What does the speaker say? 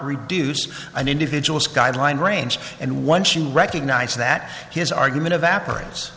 reduce an individual's guideline range and once you recognize that his argument evaporates